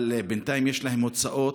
אבל בינתיים יש להם הוצאות